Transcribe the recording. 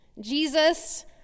Jesus